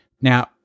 Now